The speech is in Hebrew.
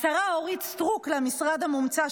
השרה אורית סטרוק למשרד המומצא,